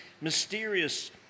mysterious